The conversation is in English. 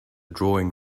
drawing